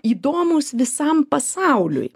įdomūs visam pasauliui